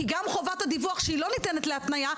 כי גם חובת הדיווח שהיא לא ניתנת להתניה,